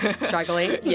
Struggling